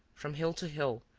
from hill to hill,